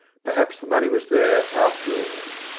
perhaps the money was there, after all.